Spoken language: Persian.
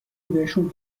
بهشون